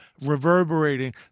reverberating